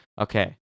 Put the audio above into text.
Okay